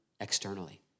externally